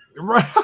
right